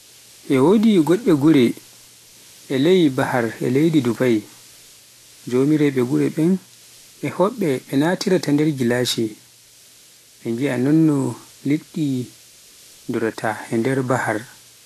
E wodi ngoɗɗe gure e ley bahar e leydi Dubai, jomiraɓe gure den e hoɓɓe ɓe naatira ta nder gilashiji, mɓe ngiaa noono liɗɗi nduraata e nder bahar.